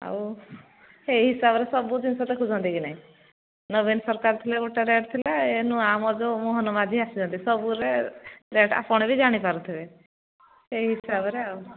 ଆଉ ସେଇ ହିସାବରେ ସବୁ ଜିନଷ ଦେଖୁଛନ୍ତି ନା ନାହିଁ ନବୀନ ସରକାର ଥିଲା ଗୋଟେ ରେଟ୍ ଥିଲା ଏଇ ଆମର ଯୋଉ ମୋହନ ମାଝୀ ଆସିଲେ ସବୁ ଯେ ରେଟ୍ ଆପଣ ବି ଜାଣିପାରୁଥିବେ ସେଇ ହିସାବରେ ଆଉ